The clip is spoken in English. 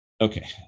Okay